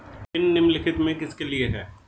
Pin निम्नलिखित में से किसके लिए है?